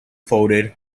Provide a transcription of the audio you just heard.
folded